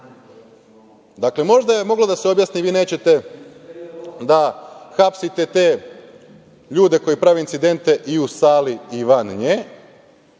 možda je moglo da se objasni. Vi nećete da hapsite ljude koji prave incidente i u sali i van nje.